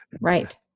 Right